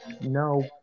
No